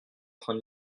train